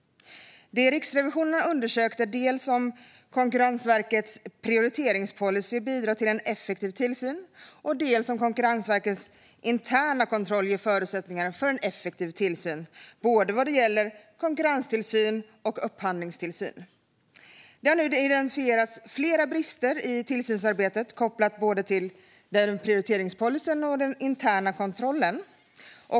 Det Riksrevisionen har undersökt är dels om Konkurrensverkets prioriteringspolicy bidrar till en effektiv tillsyn, dels om Konkurrensverkets interna kontroll ger förutsättningar för en effektiv tillsyn vad gäller både konkurrenstillsyn och upphandlingstillsyn. Det har nu identifierats flera brister i tillsynsarbetet kopplat till både prioriteringspolicyn och den interna kontrollen.